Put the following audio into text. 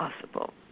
possible